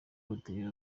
buteye